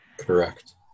Correct